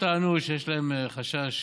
הם טענו שיש להם חשש